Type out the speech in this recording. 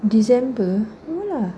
december no lah